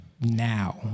now